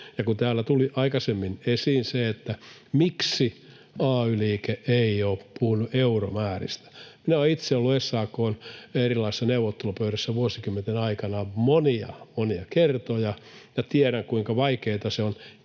myös. Täällä tuli aikaisemmin esiin, miksi ay-liike ei ole puhunut euromääristä: Olen itse ollut SAK:n erilaisissa neuvottelupöydässä vuosikymmenten aikana monia monia kertoja, ja tiedän, kuinka vaikeata on